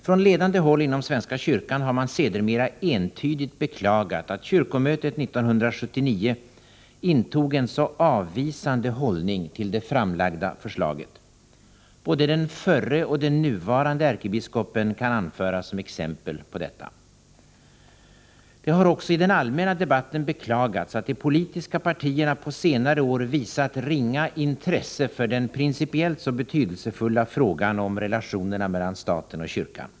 Från ledande håll inom svenska kyrkan har man sedermera entydigt beklagat att kyrkomötet 1979 intog en så avvisande hållning till det framlagda förslaget. Både den förre och den nuvarande ärkebiskopen kan anföras som exempel på detta. Det har också i den allmänna debatten beklagats att de politiska partierna på senare år visat ringa intresse för den principiellt så betydelsefulla frågan om relationerna mellan staten och kyrkan.